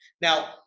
Now